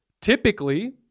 typically